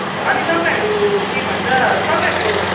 अनि तपाईँहरू के भन्छ तपाईँहरूको